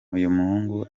uyumuhungu